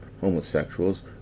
homosexuals